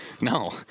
no